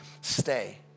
stay